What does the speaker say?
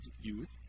Youth